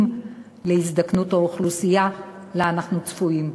להזדקנות האוכלוסייה שלה אנחנו צפויים.